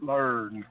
Learn